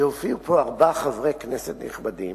שהופיעו פה ארבעה חברי כנסת נכבדים,